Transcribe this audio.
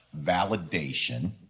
validation